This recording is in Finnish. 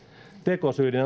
ja